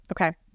Okay